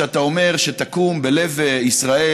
שאתה אומר שתקום בלב ישראל,